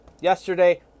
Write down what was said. yesterday